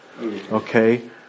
Okay